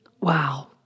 Wow